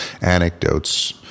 anecdotes